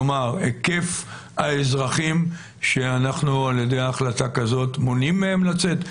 כלומר היקף האזרחים שאנחנו על ידי החלטה כזאת מונעים מהם לצאת.